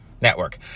network